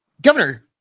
Governor